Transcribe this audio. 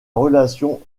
relation